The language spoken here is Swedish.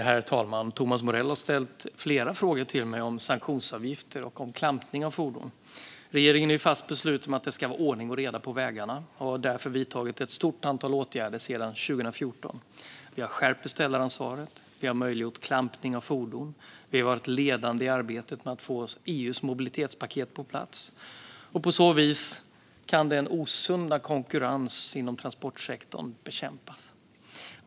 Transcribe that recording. Herr talman! Thomas Morell har ställt flera frågor till mig om sanktionsavgifter och klampning av fordon. Regeringen är fast besluten att det ska vara ordning och reda på vägarna och har därför vidtagit ett stort antal åtgärder sedan 2014. Vi har skärpt beställaransvaret, möjliggjort klampning av fordon och varit ledande i arbetet med att få EU:s mobilitetspaket på plats. På så vis kan den osunda konkurrensen inom transportsektorn bekämpas.